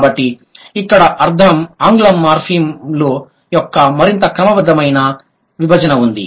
కాబట్టి ఇక్కడ ఆంగ్ల మార్ఫిమ్ల యొక్క మరింత క్రమబద్ధమైన విభజన ఉంది